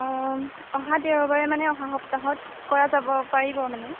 অঁ অহা দেওবাৰে মানে অহা সপ্তাহত কৰা যাব পাৰিব মানে